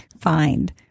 find